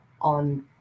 on